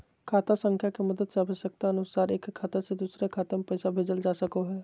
खाता संख्या के मदद से आवश्यकता अनुसार एक खाता से दोसर खाता मे पैसा भेजल जा सको हय